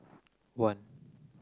one